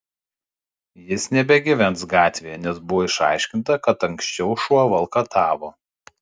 jis nebegyvens gatvėje nes buvo išsiaiškinta kad anksčiau šuo valkatavo